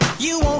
you